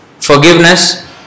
Forgiveness